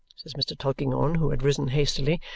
says mr. tulkinghorn, who had risen hastily,